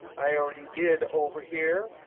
i already did over here.